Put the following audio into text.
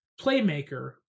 playmaker